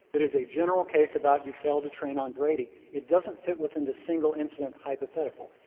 that is a general case about you failed to train on brady, it doesn't fit within the single incident hypothetical.